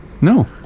No